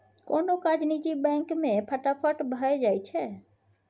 कोनो काज निजी बैंक मे फटाफट भए जाइ छै